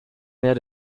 mehr